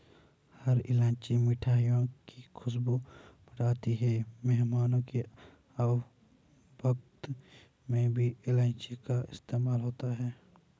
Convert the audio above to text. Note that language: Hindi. हरी इलायची मिठाइयों की खुशबू बढ़ाती है मेहमानों की आवभगत में भी इलायची का इस्तेमाल होता है